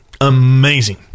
Amazing